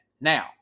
now